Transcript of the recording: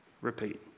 repeat